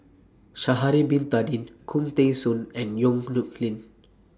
Sha'Ari Bin Tadin Khoo Teng Soon and Yong Nyuk Lin